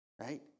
right